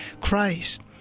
Christ